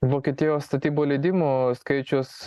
vokietijos statybų leidimų skaičius